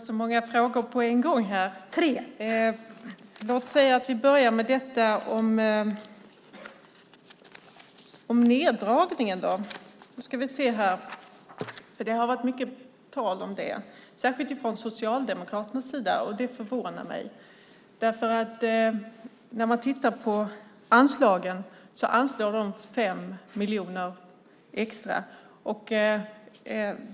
Fru talman! Det var många frågor på en gång här. Jag börjar med neddragningen. Det har varit mycket tal om det särskilt från Socialdemokraternas sida, och det förvånar mig. När man tittar på anslagen ser man att Socialdemokraterna anslår 5 miljoner extra.